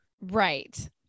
Right